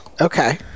okay